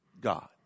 God